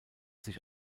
sich